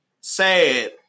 sad